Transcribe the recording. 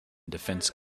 defense